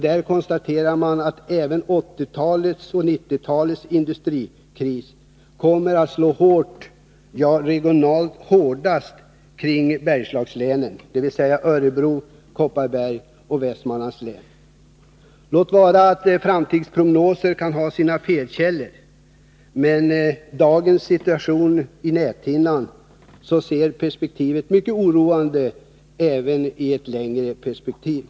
Där konstateras att även 1980 och 1990-talets industrikriser kommer att slå hårt — ja, regionalt hårdast — i Bergslagens län, dvs. Örebro län, Kopparbergs län och Västmanlands län. Låt vara att framtidsprognoser kan ha sina fel, men med dagens situation på näthinnan ser perspektivet mycket oroande ut, även i ett längre perspektiv.